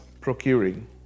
procuring